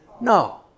No